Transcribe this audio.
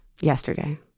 Yesterday